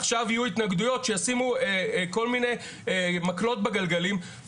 עכשיו יהיו התנגדויות שישימו כל מיני מקלות בגלגלים.